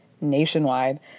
nationwide